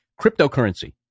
cryptocurrency